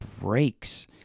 breaks